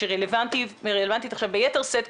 והיא רלוונטית עכשיו ביתר שאת.